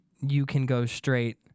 you-can-go-straight